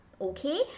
okay